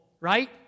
right